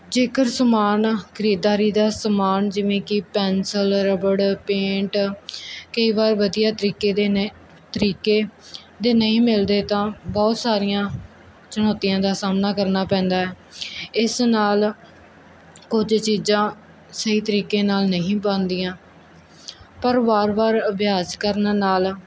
ਜੇਕਰ ਸਮਾਨ ਖਰੀਦਾਰੀ ਦਾ ਸਮਾਨ ਜਿਵੇਂ ਕਿ ਪੈਂਸਲ ਰਬੜ ਪੇਂਟ ਕਈ ਵਾਰ ਵਧੀਆ ਤਰੀਕੇ ਦੇ ਨੇ ਤਰੀਕੇ ਦੇ ਨਹੀਂ ਮਿਲਦੇ ਤਾਂ ਬਹੁਤ ਸਾਰੀਆਂ ਚੁਣੌਤੀਆਂ ਦਾ ਸਾਹਮਣਾ ਕਰਨਾ ਪੈਂਦਾ ਇਸ ਨਾਲ ਕੁਝ ਚੀਜ਼ਾਂ ਸਹੀ ਤਰੀਕੇ ਨਾਲ ਨਹੀਂ ਬਣਦੀਆਂ ਪਰ ਵਾਰ ਵਾਰ ਅਭਿਆਸ ਕਰਨ ਨਾਲ